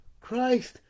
Christ